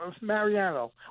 Mariano